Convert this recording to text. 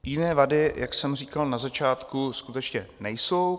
Jiné vady, jak jsem říkal na začátku, skutečně nejsou.